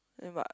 then but